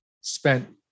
spent